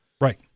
Right